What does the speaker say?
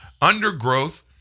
Undergrowth